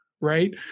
right